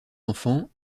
enfants